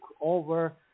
over